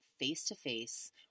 face-to-face